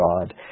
God